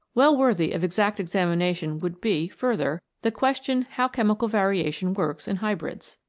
well worthy of exact examination would be, further, the question how chemical variation works in hybrids.